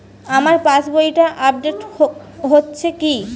আমার পাশবইটা আপডেট হয়েছে কি?